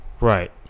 Right